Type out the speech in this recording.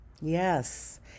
Yes